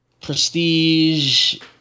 Prestige